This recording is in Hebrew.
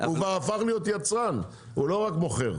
הוא כבר הפך להיות יצרן, הוא לא רק מוכר.